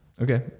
okay